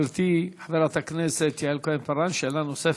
גברתי חברת הכנסת יעל כהן-פארן, שאלה נוספת.